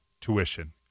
tuition